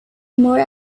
more